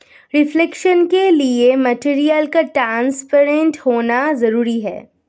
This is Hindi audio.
रिफ्लेक्शन के लिए मटेरियल का ट्रांसपेरेंट होना जरूरी है